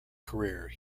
career